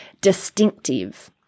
distinctive